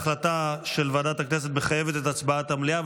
הצעה של ועדת הכנסת מחייבת את הצבעת המליאה,